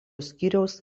skyriaus